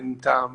אין טעם